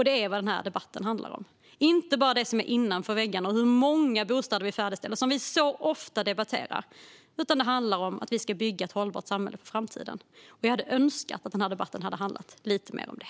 Det är vad denna debatt handlar om - inte bara om det som finns innanför väggarna eller hur många bostäder vi färdigställer, som vi så ofta debatterar, utan om att vi ska bygga ett hållbart samhälle för framtiden. Jag hade önskat att denna debatt hade handlat lite mer om det.